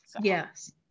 Yes